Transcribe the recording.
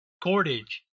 cordage